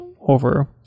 over